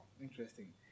Interesting